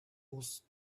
was